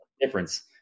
difference